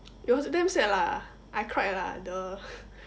it was damn sad lah I cried lah !duh!